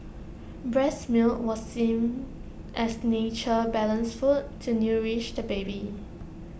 breast milk was seen as nature's balanced food to nourish the baby